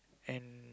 and